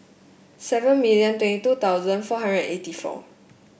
seven million twenty two thousand four hundred eighty four